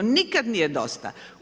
Nikad nije dosta.